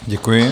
Děkuji.